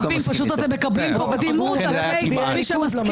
פשוט אתם מקבלים פה קדימות על פני מי שמסכים.